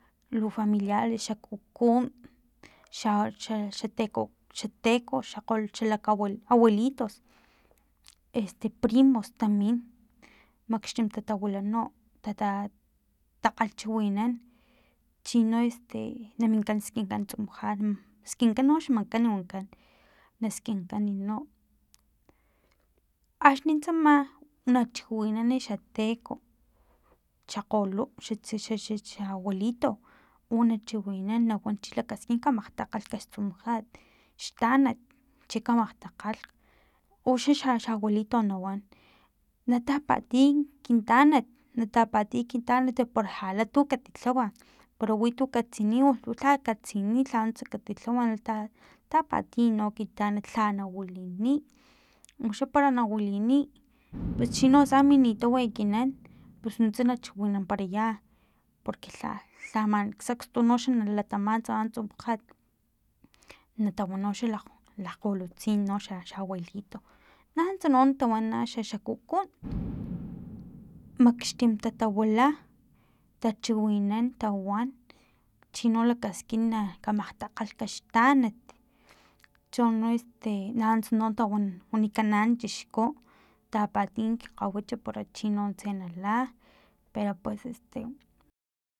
Lu familiares xa kukun xa xa xateko xa teko xakglu xa lakabue abuelitos este primos tamin makxtim tatawila no tata takgalhchiwinan chino este na minkan skinkan tsumujat skinkan xmakan no wankan naskinkan no axni tsama na chiwinan xateko xa kgolu xa xa xa ubuelito una chiwinan nawan chi lakaskin ka makgtakgalh xtsumujat xtanat chi kamakgtakgalh uxa xa abuelito nawan na tapatiy kin tanat na tapatiy kin tanat para jala tu katilhawa para wi tu katsini un tu ja katsini lha nuntsa katilhawa nata tapatiy no kin tanat ja na wiliniy uxa para na wiliniy pus chino atsa minitau ekinan pus nuntsa na chiwinanparaya porque lha lhga tamana xsekstkgoxa na latama tsama tsumujat natawan noxa lakg lakgolutsin no xa xa abuelitos nanuntsa no natawan naxa xa kukun makxtim tatawila tachiwinan tawan chino lakaskin na kamakgtakgalhka xtanat chono este nanuntsa no tawa wanikan chixku tapatiy kgawach chinontse nala pero pues etse